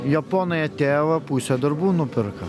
japonai atėję va pusę darbų nupirko